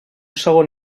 segon